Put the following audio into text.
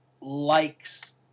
likes